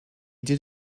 did